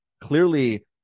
clearly